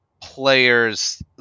players